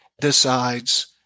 decides